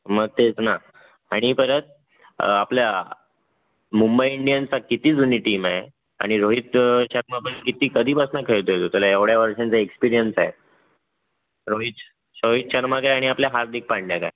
मग तेच ना आणि परत आपल्या मुंबई इंडियन्स हा किती जुनी टीम आहे आणि रोहित शर्मा पण किती कधीपासनं खेळतो आहे तो त्याला एवढ्या वर्षांचा एक्सपीरियन्स आहे रोहिच रोहित शर्मा काय आणि आपल्या हार्दिक पांड्या काय